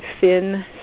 thin